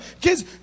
Kids